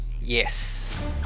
yes